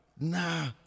Nah